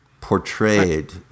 portrayed